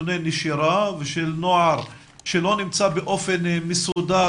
נתוני נשירה ושל נוער שלא נמצא באופן מסודר